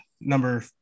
number